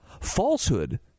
Falsehood